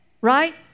right